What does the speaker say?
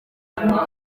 muraho